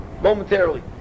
momentarily